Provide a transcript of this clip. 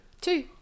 Two